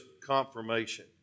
confirmation